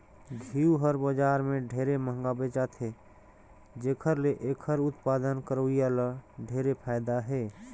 घींव हर बजार में ढेरे मंहगा बेचाथे जेखर ले एखर उत्पादन करोइया ल ढेरे फायदा हे